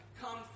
come